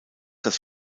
das